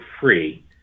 free